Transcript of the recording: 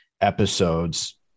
episodes